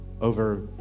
over